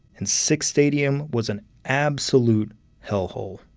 and sick's stadium was an absolute hellhole.